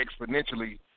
exponentially